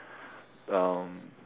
um